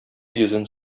йөзен